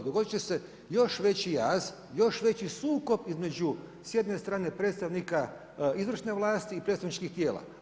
Dogoditi će se još veći jaz, još veći sukob između, s jedne strane predstavnika izvršne vlasti i predstavničkih tijela.